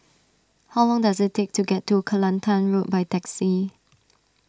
how long does it take to get to Kelantan Road by taxi